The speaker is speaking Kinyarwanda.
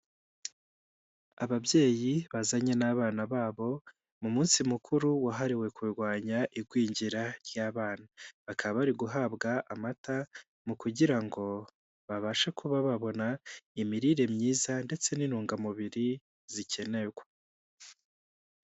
Ababyeyi bazanye n'abana babo mu munsi mukuru wahariwe kurwanya igwingira ry'abana, bakaba bari guhabwa amata mu kugira ngo babashe kuba babona imirire myiza ndetse n'intungamubiri zikenerwa.